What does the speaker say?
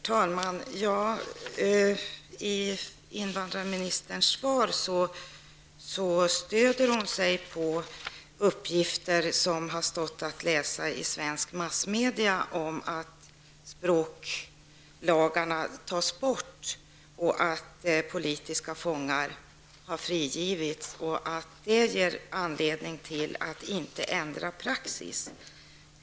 Herr talman! I sitt svar stödjer sig invandrarministern på uppgifter som har stått att läsa i svensk massmedia om att språklagarna har tagits bort och att politiska fångar har frigivits. Detta skulle inte ge någon anledning till att ändra praxis.